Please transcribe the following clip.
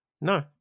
No